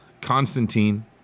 Constantine